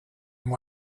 them